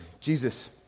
Jesus